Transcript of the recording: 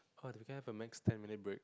uh can I have a max ten minute break